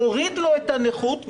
מוריד לו את אחוזי הנכות,